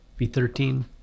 V13